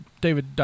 David